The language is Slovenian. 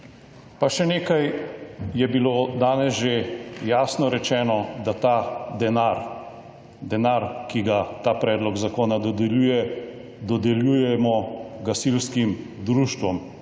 Še nekaj je bilo danes že jasno rečeno, da ta denar denar, ki ga ta predlog zakona dodeljuje dodeljujemo gasilskim društvom